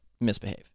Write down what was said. misbehave